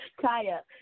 Kaya